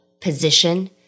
position